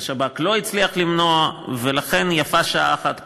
השב"כ לא הצליח למנוע, ולכן יפה שעה אחת קודם.